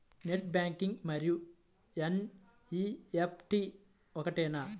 Net banking మరియు NEFT ఒకటేనా?